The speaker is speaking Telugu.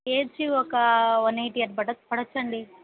కే జీ ఒక వన్ ఎయిటీ అట్లా పడవచ్చండి